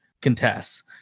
contests